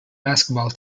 basketball